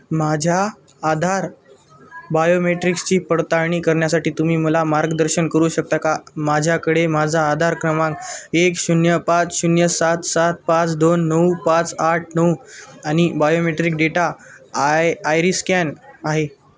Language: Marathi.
माझ्या आधार बायोमेट्रिक्सची पडताळणी करण्यासाठी तुम्ही मला मार्गदर्शन करू शकता का माझ्याकडे माझा आधार क्रमांक एक शून्य पाच शून्य सात सात पाच दोन नऊ पाच आठ नऊ आणि biometric data eye iris scan आहे